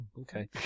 Okay